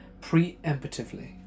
preemptively